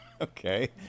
Okay